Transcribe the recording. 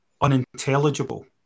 unintelligible